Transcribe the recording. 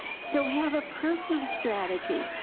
so have a personal strategy,